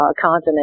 continent